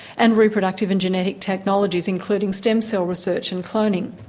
and reproductive and genetic technologies, including stem cell research and cloning.